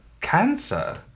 Cancer